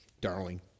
darling